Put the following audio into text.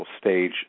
stage